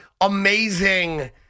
amazing